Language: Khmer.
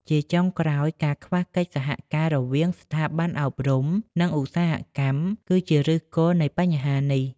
ជាចុងក្រោយ ការខ្វះកិច្ចសហការរវាងស្ថាប័នអប់រំ និងឧស្សាហកម្ម គឺជាឫសគល់នៃបញ្ហានេះ។